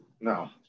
No